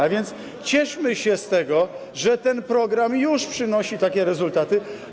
A więc cieszmy się z tego, że ten program już przynosi takie rezultaty.